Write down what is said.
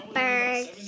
birds